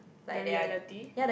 the reality